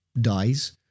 dies